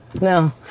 No